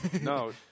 No